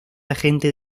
agente